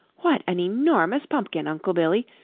what an enormous pumpkin, uncle billy.